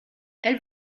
elle